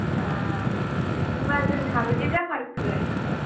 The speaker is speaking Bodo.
होमब्ला जों साबैसे जामारखो थांनाया